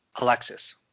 Alexis